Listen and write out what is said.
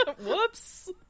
Whoops